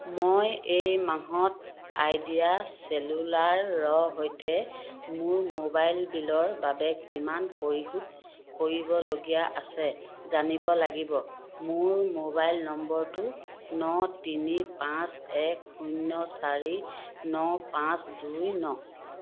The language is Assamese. মই এই মাহত আইডিয়া চেলুলাৰৰ সৈতে মোৰ মোবাইল বিলৰ বাবে কিমান পৰিশোধ কৰিবলগীয়া আছে জানিব লাগিব মোৰ মোবাইল নম্বৰটো ন তিনি পাঁচ এক শূন্য চাৰি ন পাঁচ দুই ন